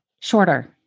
shorter